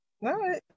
No